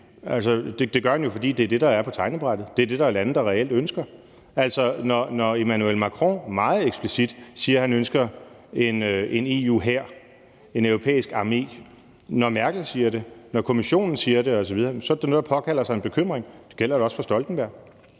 Det gør han jo, fordi det er det, der er på tegnebrættet, det er det, der er lande der reelt ønsker. Når Emmanuel Macron meget eksplicit siger, at han ønsker en EU-hær, en europæisk armé, når Merkel siger det, når Kommissionen siger det osv., er det da noget, der påkalder sig en bekymring, og det gælder jo også for Stoltenberg.